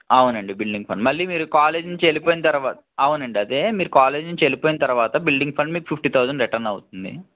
అవునండి building fund మళ్ళీ మీరు కాలేజ్ నుంచి వెళ్ళిపోయిన తర్వాత అవునండి అదే మీరు కాలేజీ నుంచి వెళ్ళిపోయిన తర్వాత బిల్డింగ్ ఫండ్ మీకు ఫిఫ్టీ తౌజండ్ రిటర్న్ అవుతుంది